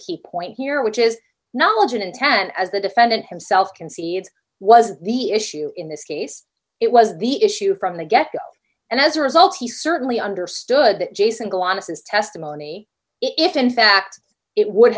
key point here which is knowledge and intent as the defendant himself concedes was the issue in this case it was the issue from the get go and as a result he certainly understood that jason glonass testimony if in fact it would